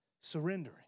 surrendering